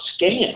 scam